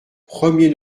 premier